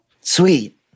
sweet